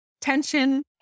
Tension